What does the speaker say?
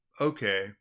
okay